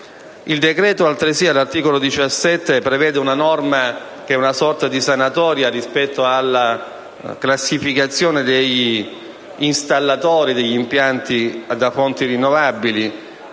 Il decreto contiene altresì, all'articolo 17, una norma che è una sorta di sanatoria rispetto alla classificazione degli installatori degli impianti da fonti rinnovabili.